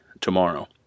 tomorrow